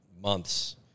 months